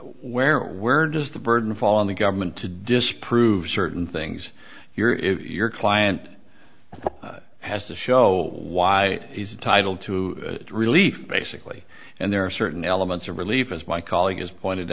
where does the burden fall on the government to disprove certain things you're your client has to show why he's titled to relief basically and there are certain elements of relief as my colleague has pointed